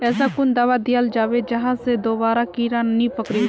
ऐसा कुन दाबा दियाल जाबे जहा से दोबारा कीड़ा नी पकड़े?